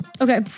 Okay